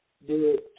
de